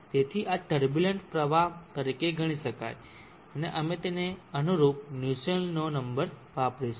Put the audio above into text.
તેથી આ ટર્બુલંટ પ્રવાહ તરીકે ગણી શકાય અને અમે તેને અનુરૂપ નુસ્સેલ્ટનો નંબર વાપરીશું